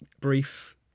brief